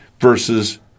versus